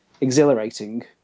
exhilarating